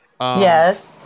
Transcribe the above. Yes